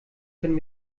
können